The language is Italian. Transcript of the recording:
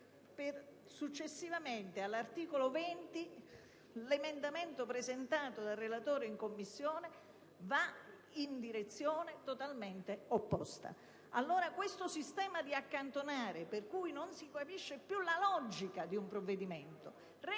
Successivamente, all'articolo 20, l'emendamento presentato dal relatore in Commissione va in direzione totalmente opposta. Questo sistema basato sugli accantonamenti, per cui non si capisce più la logica di un provvedimento, rende